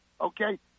okay